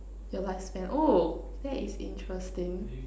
your lifespan oh that is interesting